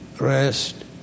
Rest